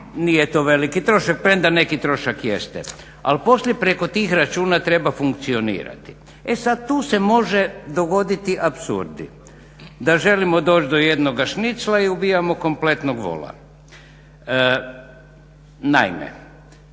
nije to veliki trošak, premda neki trošak jeste ali poslije preko tih računa treba funkcionirati. E sad tu se može dogoditi apsurdi, da želimo doći do jednoga šnicla i ubijamo kompletnog vola. Naime,